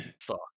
Fuck